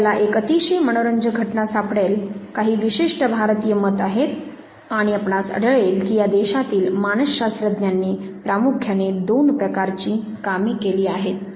आपल्याला एक अतिशय मनोरंजक घटना सापडेल काही विशिष्ट भारतीय मत आहेत आणि आपणास आढळेल की या देशातील मानस शास्त्रज्ञांनी प्रामुख्याने दोन प्रकारची कामे केली आहेत